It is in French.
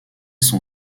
son